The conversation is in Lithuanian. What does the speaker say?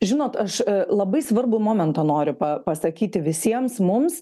žinot aš labai svarbų momentą noriu pasakyti visiems mums